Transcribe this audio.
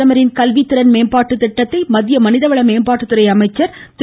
பிரதமரின் கல்வி திறன் மேம்பாட்டு திட்டத்தை மத்திய மனிதவள மேம்பாட்டுத்துறை அமைச்சர் திரு